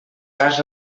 cas